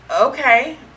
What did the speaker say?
Okay